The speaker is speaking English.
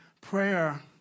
Prayer